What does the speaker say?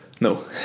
No